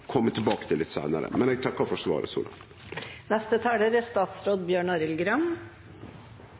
tilbake til litt seinare, men eg takkar for svaret